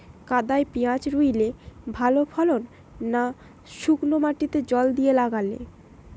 কাদায় পেঁয়াজ রুইলে ভালো ফলন না শুক্নো মাটিতে জল দিয়ে লাগালে?